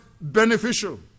beneficial